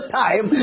time